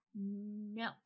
No